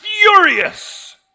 furious